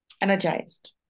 energized